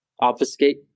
obfuscate